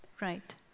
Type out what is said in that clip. Right